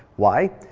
why?